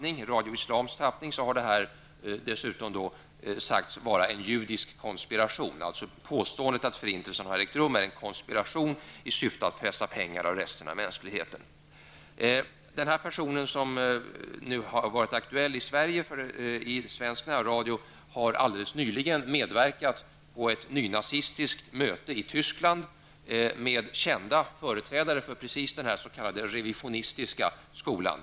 I Radio Islams tappning har det dessutom talats om att det rör sig om en judisk konspiration. Påståendet att förintelsen har ägt rum skulle alltså vara en konspiration i syfte att pressa pengar av mänskligheten. Den person som är aktuell från svensk närradio har alldeles nyligen medverkat i ett nynazistiskt möte i Tyskland, med kända företrädare för just den s.k. revisionistiska skolan.